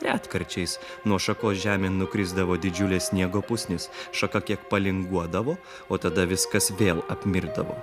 retkarčiais nuo šakos žemėn nukrisdavo didžiulė sniego pusnis šaka kiek palinguodavo o tada viskas vėl apmirdavo